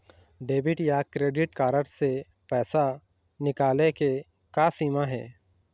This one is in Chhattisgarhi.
डेबिट या क्रेडिट कारड से पैसा निकाले के का सीमा हे?